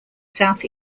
south